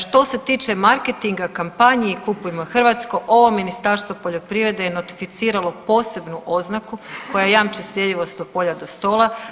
Što se tiče marketinga kampanji „Kupujmo hrvatsko“ ovo Ministarstvo poljoprivrede je notificiralo posebnu oznaku koja jamči sljedivost „Od polja do stola“